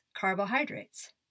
carbohydrates